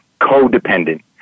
codependent